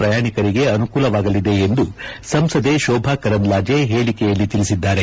ಪ್ರಯಾಣಿಕರಿಗೆ ಅನುಕೂಲವಾಗಲಿದೆ ಎಂದು ಸಂಸದೆ ಶೋಭಾ ಕರಂದ್ಲಾಜೆ ಹೇಳಿಕೆಯಲ್ಲಿ ತಿಳಿಸಿದ್ದಾರೆ